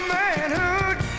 manhood